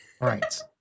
right